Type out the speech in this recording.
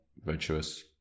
virtuous